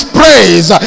praise